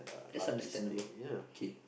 that's understandable okay